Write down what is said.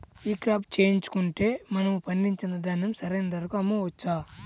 ఈ క్రాప చేయించుకుంటే మనము పండించిన ధాన్యం సరైన ధరకు అమ్మవచ్చా?